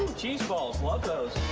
cheese balls. love those.